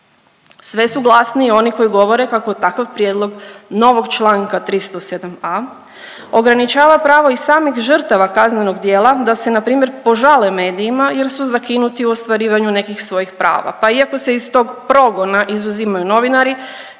Sve su glasniji oni koji govore da takav prijedlog novog čl. 307.a ograničava pravo i samih žrtava kaznenog djela, da se npr. požale medijima jer su zakinuti u ostvarivanju nekih svojih prava, pa, iako se iz tog progona izuzimaju novinari,